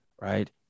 right